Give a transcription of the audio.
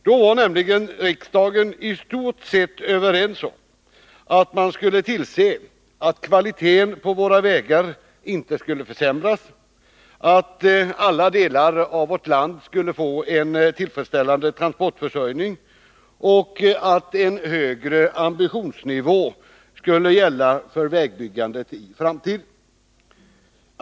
Då var nämligen riksdagen i stort sett överens om att man skulle se till att kvaliteten på våra vägar inte försämrades, att alla människor i vårt land skulle få en tillfredsställande transportförsörjning och att en högre ambitionsnivå i framtiden skulle gälla för vägbyggandet.